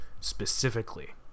specifically